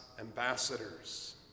Ambassadors